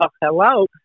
hello